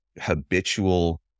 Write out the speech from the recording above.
habitual